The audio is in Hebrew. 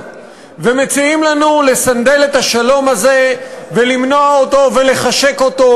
ומציעים לנו לסנדל את השלום הזה ולמנוע אותו ולחשק אותו,